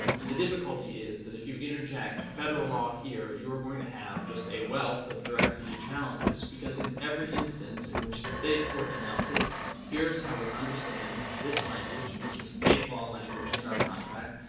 and the difficulty is that if you interject federal law here, you are going to have just a wealth of directv challenges, because in every instance in which the state court announces here's how we understand this language, which is state law language in our contract,